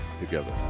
together